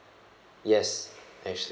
yes actually